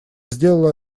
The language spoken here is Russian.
сделал